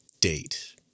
date